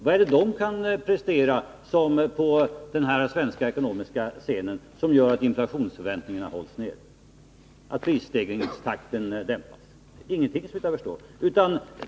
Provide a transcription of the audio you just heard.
Vad kan de prestera på den svenska ekonomiska scenen som gör att inflationsförväntningarna hålls nere och prisstegringstakten dämpas? Ingenting, såvitt jag förstår.